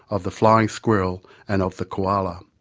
of the flying squirrel, and of the koala'.